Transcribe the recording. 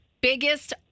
biggest